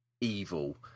evil